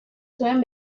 zuen